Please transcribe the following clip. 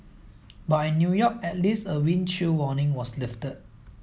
but in New York at least a wind chill warning was lifted